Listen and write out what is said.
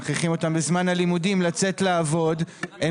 כן.